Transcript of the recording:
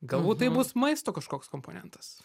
galbūt tai bus maisto kažkoks komponentas